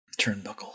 Turnbuckle